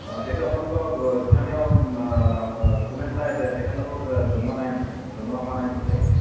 অঁ সেইটো আপোনালোকৰ স্থানীয় কোনে চাইছে তেখেতলোকক জনোৱা নাই নেকি জনোৱা হোৱা নাই নেকি এতিয়ালৈকে